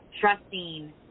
trusting